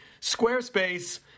Squarespace